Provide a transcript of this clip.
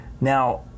Now